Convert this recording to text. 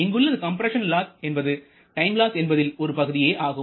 இங்குள்ள combustion loss என்பது time loss என்பதில் ஒரு பகுதியே ஆகும்